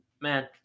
man